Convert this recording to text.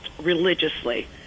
religiously